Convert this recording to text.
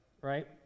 right